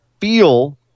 feel